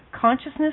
Consciousness